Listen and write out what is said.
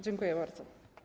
Dziękuję bardzo.